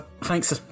Thanks